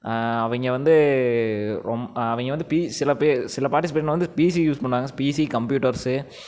அவங்க வந்து ரொம்ப அவங்க வந்து சில பேர் சில பார்ட்டிசிபேட் வந்து பிசி யூஸ் பண்ணுவாங்க பிசி கம்ப்யூட்டர்ஸு